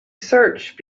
search